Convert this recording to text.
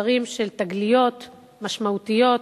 לתוצרים של תגליות משמעותיות,